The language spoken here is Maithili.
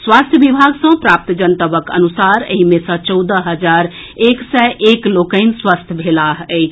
स्वास्थ्य विभाग सँ प्राप्त जनतबक अनुसार एहि मे सँ चौदह हजार एक सय एक लोकनि स्वस्थ भेलाह अछि